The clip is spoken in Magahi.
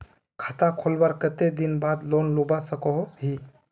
खाता खोलवार कते दिन बाद लोन लुबा सकोहो ही?